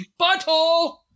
butthole